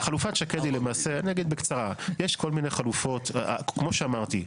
כמו שאמרתי,